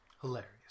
Hilarious